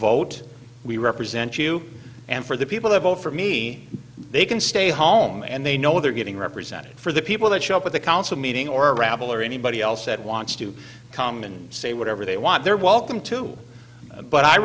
vote we represent you and for the people that vote for me they can stay home and they know they're getting represented for the people that show up at the council meeting or rabble or anybody else that wants to come and say whatever they want they're welcome to but i